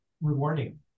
rewarding